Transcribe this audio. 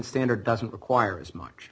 standard doesn't require as much